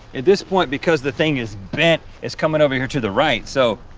at this point, because the thing is bent, it's coming over here to the right, so.